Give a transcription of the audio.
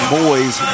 boys